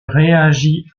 réagit